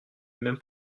même